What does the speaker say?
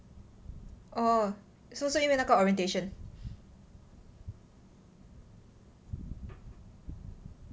oh 是不是因为那个 orientation